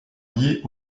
liés